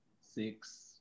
six